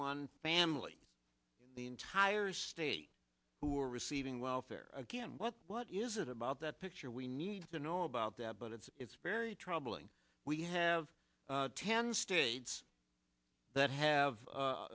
one family the entire state who are receiving welfare again what what is it about that picture we need to know about that but it's it's very troubling we have ten states that have